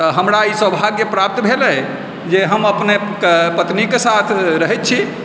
तऽ हमरा ई सौभाग्य प्राप्त भेल अहि जे हम अपने पत्नीके साथ रहै छी